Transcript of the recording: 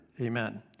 Amen